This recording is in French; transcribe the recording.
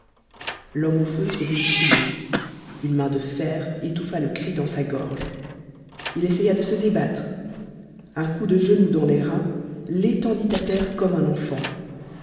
l'homme au feutre voulut crier une main de fer étouffa le cri dans sa gorge il essaya de se débattre un coup de genou dans les reins l'étendit à terre comme un enfant